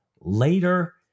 later